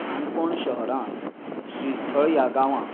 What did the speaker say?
काणकोण शहरांत श्रीस्थळ ह्या गावांत